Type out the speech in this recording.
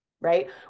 right